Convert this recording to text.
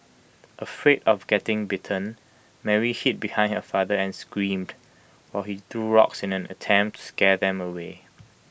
afraid of getting bitten Mary hid behind her father and screamed while he threw rocks in an attempt scare them away